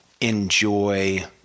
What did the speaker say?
enjoy